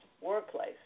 workplace